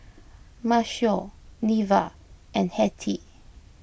Maceo Neva and Hettie